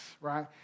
right